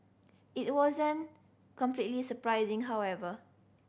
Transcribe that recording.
it wasn't completely surprising however